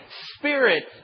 spirit